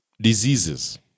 diseases